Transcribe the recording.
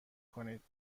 کنید